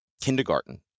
kindergarten